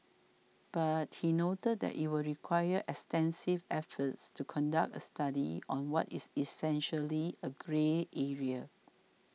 but he noted that it would require extensive efforts to conduct a study on what is essentially a grey area